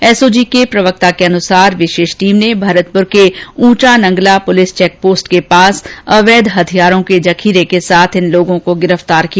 SOG के प्रवक्ता के अनुसार विशेष टीम ने भरतपुर के ऊंचा नंगला पुलिस चेकपोस्ट के पास अवैध हथियारों के जखीरे के साथ इन लोगों को गिरफतार किया